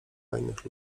fajnych